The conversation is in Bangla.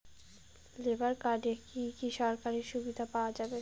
লেবার কার্ডে কি কি সরকারি সুবিধা পাওয়া যাবে?